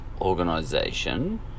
Organization